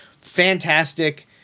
Fantastic